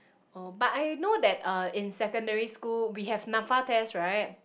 oh but I know that uh in secondary school we have Napfa test right